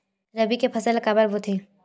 रबी के फसल ला काबर बोथे?